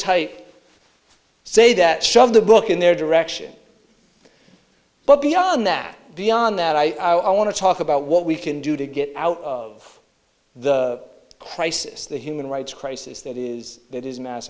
tape say that shove the book in their direction but beyond that beyond that i want to talk about what we can do to get out of the crisis the human rights crisis that is it is mass